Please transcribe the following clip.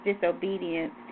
disobedience